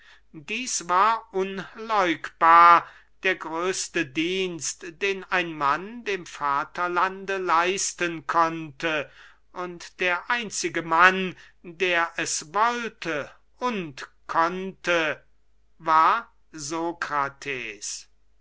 dieß war unleugbar der größte dienst den ein mann dem vaterlande leisten konnte und der einzige mann der es wollte und konnte war